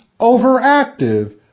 overactive